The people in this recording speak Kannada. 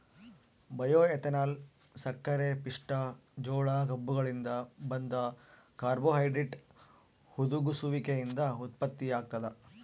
ಬಯೋಎಥೆನಾಲ್ ಸಕ್ಕರೆಪಿಷ್ಟ ಜೋಳ ಕಬ್ಬುಗಳಿಂದ ಬಂದ ಕಾರ್ಬೋಹೈಡ್ರೇಟ್ ಹುದುಗುಸುವಿಕೆಯಿಂದ ಉತ್ಪತ್ತಿಯಾಗ್ತದ